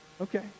Okay